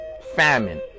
famine